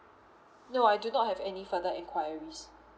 no I do not have any further enquiries